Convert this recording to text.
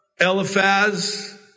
Eliphaz